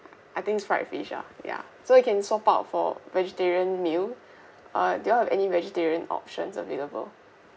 I think is fried fish ah ya so you can swap out for vegetarian meal uh do you all have any vegetarian options available